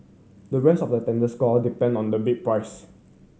the rest of the tender score depend on the bid price